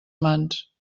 mans